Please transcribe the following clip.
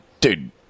dude